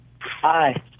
Hi